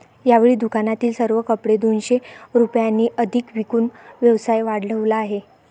यावेळी दुकानातील सर्व कपडे दोनशे रुपयांनी अधिक विकून व्यवसाय वाढवला आहे